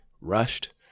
rushed